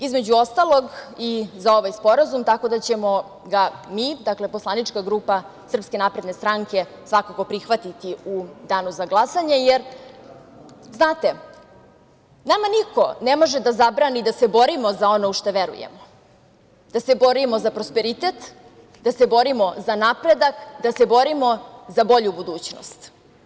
Između ostalog, i za ovaj sporazum, tako da ćemo ga mi, dakle, poslanička grupa SNS, svakako prihvatiti u danu za glasanje, jer nama niko ne može da zabrani da se borimo za ono u šta verujemo, da se borimo za prosperitet, da se borimo za napredak, da se borimo za bolju budućnost.